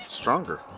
stronger